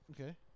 Okay